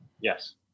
Yes